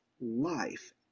life